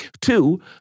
Two